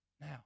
Now